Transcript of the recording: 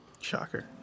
Shocker